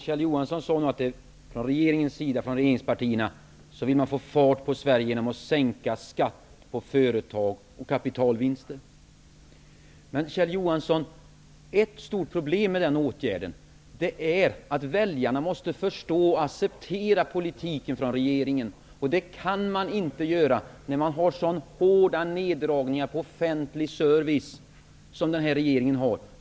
Herr talman! Kjell Johansson sade att regeringspartierna vill få fart på Sverige genom att sänka skatten på företag och kapitalvinster. Men, Kjell Johansson, ett stort problem med den åtgärden är att väljarna måste förstå och acceptera regeringspolitiken, och det kan de inte göra när man gör så hårda neddragningar på offentlig service som den här regeringen gör.